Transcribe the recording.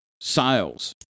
sales